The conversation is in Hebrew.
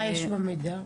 מה יש במידע?